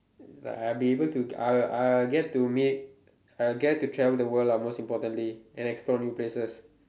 I'll be able to I'll I'll get to meet I'll get to travel the world lah most importantly and explore new places